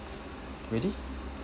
ready